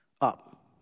up